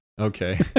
Okay